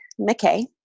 McKay